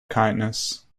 kindness